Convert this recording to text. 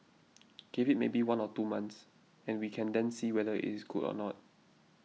give it maybe one or two months and we can then see whether it is good or not